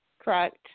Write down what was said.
correct